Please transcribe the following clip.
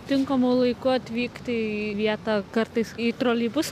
tinkamu laiku atvykti į vietą kartais į troleibusą